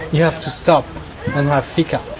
you have to stop and have fika.